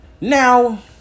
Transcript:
Now